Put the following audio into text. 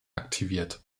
aktiviert